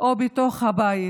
או בתוך הבית,